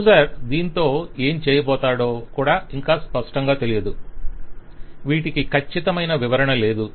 user దీనితో ఏం చేయబోతాడో కూడా ఇంకా స్పష్టంగా తెలియదు వీటికి ఖచ్చితమైన వివరణ లేదు